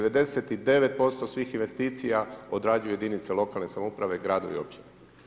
99% svih investicija odrađuju jedinice lokalne samouprave i gradovi i općine.